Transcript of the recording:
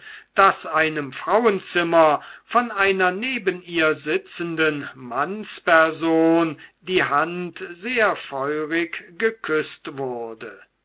daß einem frauenzimmer von einer neben ihr sitzenden mannsperson die hand sehr feurig geküßt wurde